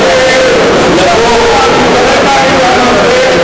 התפטר, ואתה מתעלם מהעניין הזה.